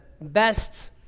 best